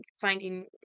finding